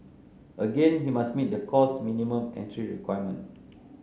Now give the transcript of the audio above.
again he must meet the course minimum entry requirement